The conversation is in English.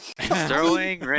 Throwing